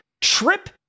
trip